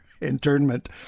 internment